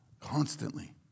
constantly